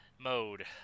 mode